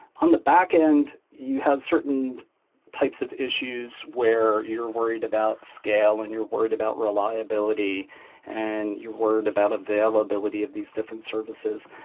on the backend, you have certain types of issues where you're worried about scale and you're worried about reliability and you're worried about availability of these different services.